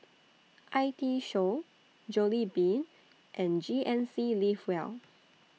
I T Show Jollibean and G N C Live Well